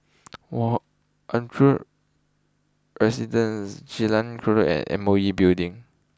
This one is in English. Andre Residence Jalan and M O E Building